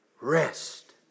rest